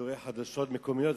שידורי חדשות מקומיות,